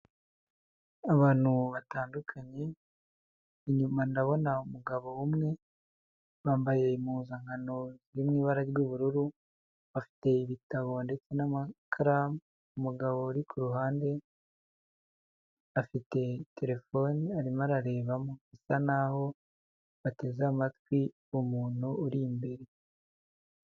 Abantu batandukanye, inyuma ndabona umugabo umwe, bambaye impuzankano iri mu ibara ry'ubururu, bafite ibitabo ndetse n'amakaramu, umugabo uri ku ruhande afite telefone arimo ararebamo, bisa naho ateze amatwi uwo muntu uri imbere.